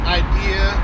idea